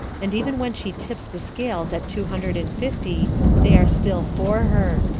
and even when she tips the scales at two hundred and fifty they are still for her.